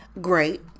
great